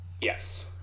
Yes